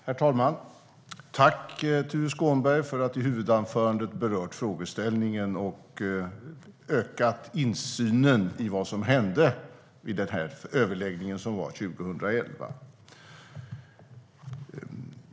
Herr talman! Tack, Tuve Skånberg, för att du i huvudanförandet berört frågeställningen och ökat insynen i vad som hände vid den överläggning som skedde 2011!